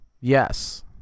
Yes